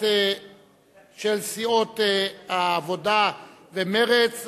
סיעות העבודה ומרצ,